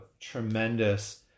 tremendous